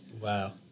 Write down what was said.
Wow